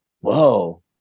whoa